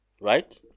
Right